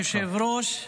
אדוני היושב-ראש,